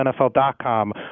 NFL.com